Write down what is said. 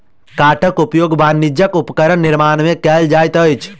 काठक उपयोग वाणिज्यक उपकरण निर्माण में कयल जाइत अछि